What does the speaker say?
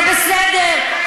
זה בסדר.